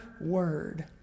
word